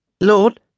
Lord